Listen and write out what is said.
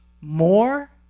more